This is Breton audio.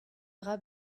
dra